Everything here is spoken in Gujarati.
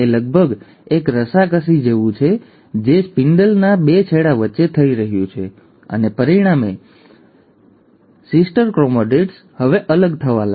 તે લગભગ એક રસાકસી જેવું છે જે સ્પિન્ડલના બે છેડા વચ્ચે થઈ રહ્યું છે અને પરિણામે બહેન ક્રોમેટિડ્સ હવે અલગ થવા લાગે છે